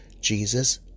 Jesus